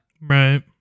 Right